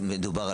מה מדובר?